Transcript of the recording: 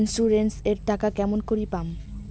Insurance এর টাকা কেমন করি পাম?